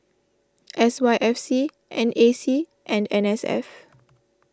S Y F C N A C and N S F